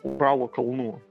uralo kalnų